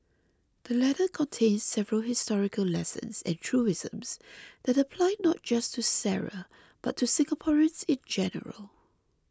the letter contains several historical lessons and truisms that apply not just to Sara but to Singaporeans in general